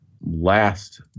last